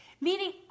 Meaning